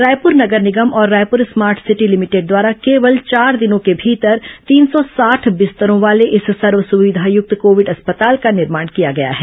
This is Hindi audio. रायपुर नगर निगम और रायपुर स्मार्ट सिटी लिमिटेड द्वारा केवल चार दिनों के भीतर तीन सौ साठ बिस्तरों वाले इस सर्व सुविधायुक्त कोविड अस्पताल का निर्माण किया गया है